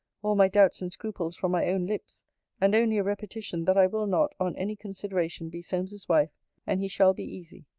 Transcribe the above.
all my doubts and scruples from my own lips and only a repetition, that i will not, on any consideration, be solmes's wife and he shall be easy.